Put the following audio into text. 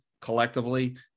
collectively